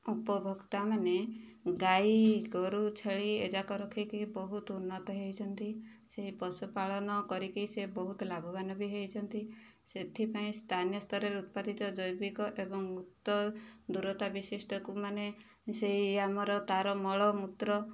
ଉପଭୋକ୍ତା ମାନେ ଗାଈ ଗୋରୁ ଛେଳି ଏଯାକ ରଖିକି ବହୁତ ଉନ୍ନତ ହୋଇଛନ୍ତି ସେହି ପଶୁପାଳନ କରିକି ସେ ବହୁତ ଲାଭବାନ ବି ହୋଇଛନ୍ତି ସେଥିପାଇଁ ସ୍ଥାନୀୟ ସ୍ଥରରେ ଉତ୍ପାଦିତ ଜୈବିକ ଏବଂ ଉକ୍ତ ଦୂରତା ବିଶିଷ୍ଟକ ମାନେ ସେହି ଆମର ତା'ର ମଳମୂତ୍ର